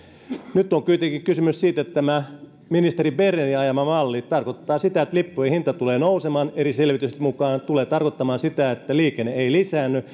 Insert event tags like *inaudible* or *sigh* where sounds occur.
nyt on kuitenkin kysymys siitä että tämä ministeri bernerin ajama malli tarkoittaa sitä että lippujen hinta tulee nousemaan eri selvitysten mukaan se tulee tarkoittamaan sitä että liikenne ei lisäänny *unintelligible*